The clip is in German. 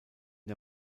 der